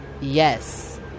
yes